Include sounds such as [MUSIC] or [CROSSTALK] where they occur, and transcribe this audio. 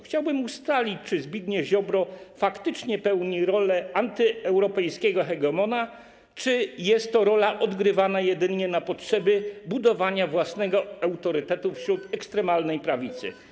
Chciałbym ustalić, czy Zbigniew Ziobro faktycznie pełni rolę antyeuropejskiego hegemona, czy jest to rola odgrywana jedynie na potrzeby [NOISE] budowania własnego autorytetu wśród ekstremalnej prawicy.